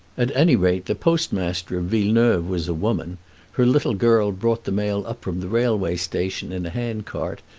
at any rate, the postmaster of villeneuve was a woman her little girl brought the mail up from the railway station in a hand-cart,